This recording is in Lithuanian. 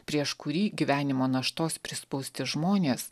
prieš kurį gyvenimo naštos prispausti žmonės